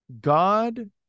God